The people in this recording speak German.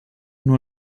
nur